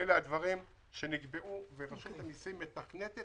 - אלה דברים שנקבעו ורשות המסים מתכנתת